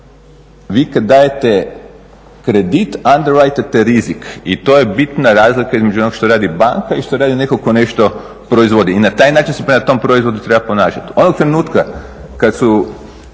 Vi kad dajete kredit, … rizik i to je bitna razlika između onoga što radi banka i što radi netko tko nešto proizvodi i na taj način se prema tom proizvodu treba ponašati. Onog trenutka kad su